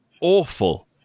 awful